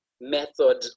method